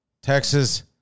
texas